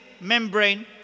membrane